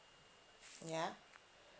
ya